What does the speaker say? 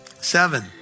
Seven